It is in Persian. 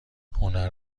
هنر